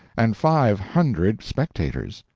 and five hundred spectators.